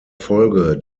folge